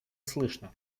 слышно